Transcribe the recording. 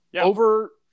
over